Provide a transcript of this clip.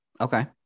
Okay